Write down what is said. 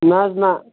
نہ حظ نہ